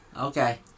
okay